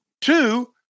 Two